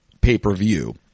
pay-per-view